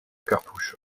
cartouche